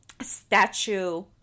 statue